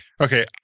Okay